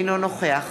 אינו נוכח